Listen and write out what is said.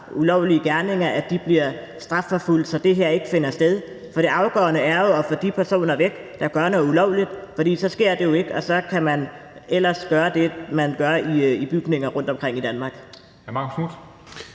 ulovlige gerninger, bliver strafforfulgt, så det her ikke finder sted. For det afgørende er jo at få de personer væk, der gør noget ulovligt, for så sker det jo ikke, og så kan man ellers gøre det, man gør i bygninger rundtomkring i Danmark.